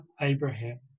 Abraham